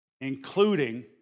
including